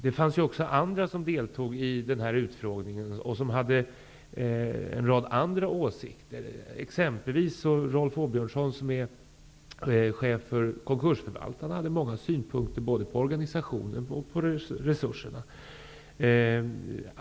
I denna utfrågning deltog även andra personer som hade en rad andra åsikter. Till exempel Rolf Åbjörnsson, chef för konkursförvaltarna, hade många synpunkter både på organisationen och på resurserna.